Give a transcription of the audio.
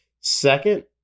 Second